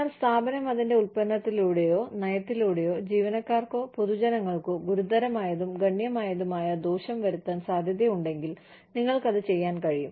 എന്നാൽ സ്ഥാപനം അതിന്റെ ഉൽപ്പന്നത്തിലൂടെയോ നയത്തിലൂടെയോ ജീവനക്കാർക്കോ പൊതുജനങ്ങൾക്കോ ഗുരുതരമായതും ഗണ്യമായതുമായ ദോഷം വരുത്താൻ സാധ്യതയുണ്ടെങ്കിൽ നിങ്ങൾക്കത് ചെയ്യാൻ കഴിയും